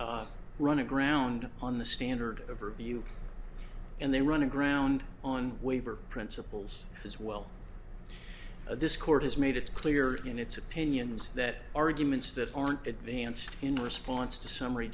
run aground on the standard of review and they run aground on waiver principles as well this court has made it clear in its opinions that arguments that aren't advanced in response to summary